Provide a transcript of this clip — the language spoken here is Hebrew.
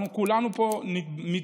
אנחנו כולנו פה מתבקשים,